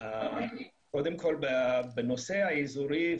קודם כל בנושא האזורי,